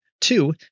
Two